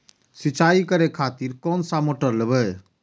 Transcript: सीचाई करें खातिर कोन सा मोटर लेबे?